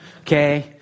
okay